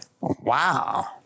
Wow